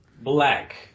black